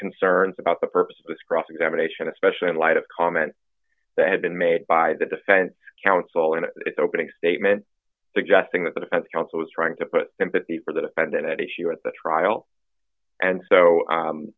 concerns about the purpose of this cross examination especially in light of a comment that had been made by the defense counsel in its opening statement suggesting that the defense counsel is trying to put sympathy for the defendant at issue at the trial and so